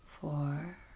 four